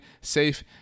safe